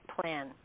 plan